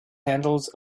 handles